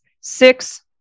six